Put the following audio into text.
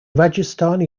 rajasthani